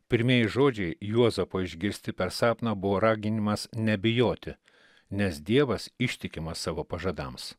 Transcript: pirmieji žodžiai juozapo išgirsti per sapną buvo raginimas nebijoti nes dievas ištikimas savo pažadams